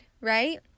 right